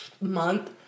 month